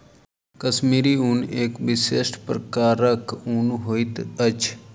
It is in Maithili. कश्मीरी ऊन एक विशिष्ट प्रकारक ऊन होइत अछि